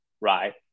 right